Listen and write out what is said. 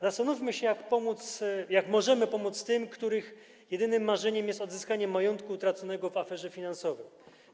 Zastanówmy się, jak możemy pomóc tym, których jedynym marzeniem jest odzyskanie majątku utraconego w aferze finansowej.